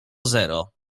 zero